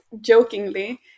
jokingly